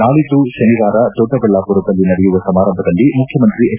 ನಾಳಿದ್ದು ಶನಿವಾರ ದೊಡ್ಡಬಳ್ಳಾಪುರದಲ್ಲಿ ನಡೆಯುವ ಸಮಾರಂಭದಲ್ಲಿ ಮುಖ್ಯಮಂತ್ರಿ ಎಚ್